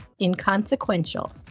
inconsequential